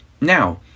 Now